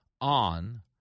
on